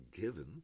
given